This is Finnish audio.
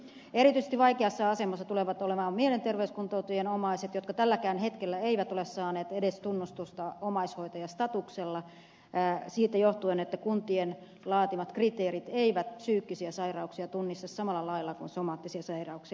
erityisen vaikeassa asemassa tulevat olemaan mielenterveyskuntoutujien omaiset jotka tälläkään hetkellä eivät ole saaneet edes tunnustusta omaishoitajastatuksen kautta siitä johtuen että kuntien laatimat kriteerit eivät psyykkisiä sairauksia tunnista samalla lailla kuin somaattisia sairauksia